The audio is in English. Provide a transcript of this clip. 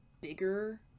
bigger